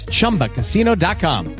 Chumbacasino.com